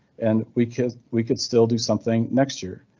and we could. we could still do something next year,